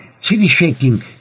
city-shaking